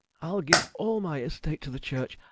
i'll give all my estate to the church,